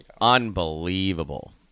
unbelievable